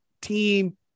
team